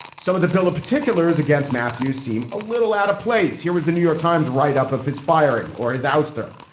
some of the bill of particulars against matthews seem a little out of place. here was the new york times write up of his firing or his ouster.